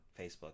Facebook